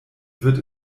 wird